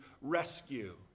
rescue